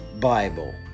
Bible